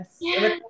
yes